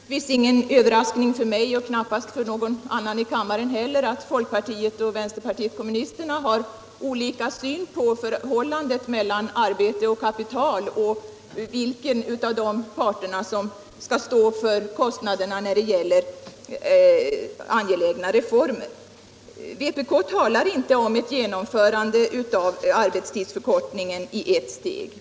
Herr talman! Det är naturligtvis ingen överraskning för mig och knappast för någon annan i kammaren heller att folkpartiet och vpk har olika syn på förhållandet mellan arbete och kapital och vilken av dessa parter som skall stå för kostnaderna när det gäller angelägna reformer. Vpk talar inte om ett genomförande av arbetstidsförkortningen i ett steg.